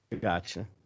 Gotcha